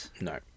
No